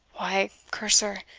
why, curse her,